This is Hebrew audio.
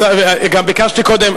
גם ביקשתי קודם,